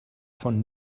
von